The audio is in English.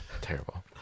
Terrible